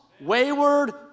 wayward